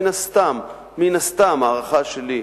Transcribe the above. מן הסתם, מן הסתם, הערכה שלי,